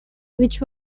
which